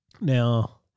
Now